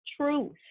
truth